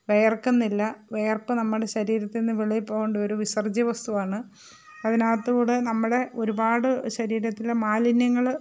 വിയർക്കുന്നില്ല വിയർപ്പ് നമ്മുടെ ശരീരത്തിൽ നിന്ന് വെളിയിൽ പോവേണ്ട ഒരു വിസർജ്യ വസ്തുവാണ് അതിനകത്തൂടെ നമ്മുടെ ഒരുപാട് ശരീരത്തിലെ മാലിന്യങ്ങൾ